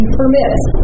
permits